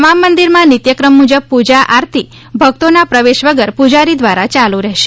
તમામ મંદિરમાં નિત્ય ક્રમ મુજબ પૂજા આરતી ભક્તોના પ્રવેશ વગર પૂજારી દ્વારા ચાલુ રહેશે